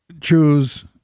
choose